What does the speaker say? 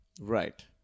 Right